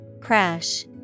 Crash